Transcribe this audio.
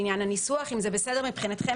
לעניין הניסוח אם זה בסדר מבחינתכם